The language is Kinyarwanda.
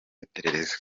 iperereza